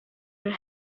her